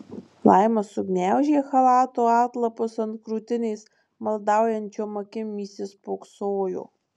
laima sugniaužė chalato atlapus ant krūtinės maldaujančiom akim įsispoksojo